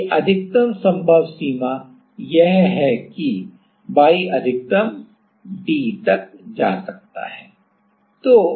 क्योंकि अधिकतम संभव सीमा यह है कि y अधिकतम d तक जा सकता है